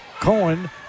Cohen